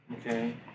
Okay